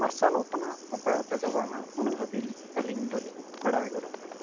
ᱢᱟᱨᱥᱟᱞᱚᱜ ᱠᱟᱱᱟ ᱚᱠᱚᱭᱟᱜ ᱛᱮᱫᱚ ᱵᱟᱝᱟ ᱩᱱᱟᱹᱜ ᱦᱟᱵᱤᱡ ᱟᱞᱤᱧ ᱵᱟᱞᱤᱧ ᱵᱟᱲᱟᱭ ᱜᱚᱫ ᱟᱠᱟᱫᱼᱟ